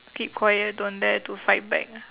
keep quiet don't dare to fight back ah